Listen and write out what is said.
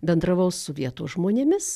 bendravau su vietos žmonėmis